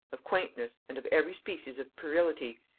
of quaintness, and of every species of puerility,